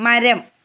മരം